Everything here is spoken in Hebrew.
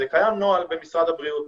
קיים נוהל במשרד הבריאות,